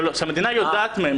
לא, לא, שהמדינה יודעת מהם.